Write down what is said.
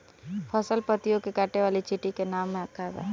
फसल पतियो के काटे वाले चिटि के का नाव बा?